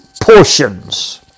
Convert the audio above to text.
portions